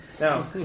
Now